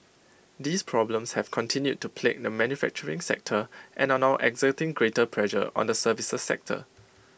these problems have continued to plague the manufacturing sector and are now exerting greater pressure on the services sector